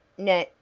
nat,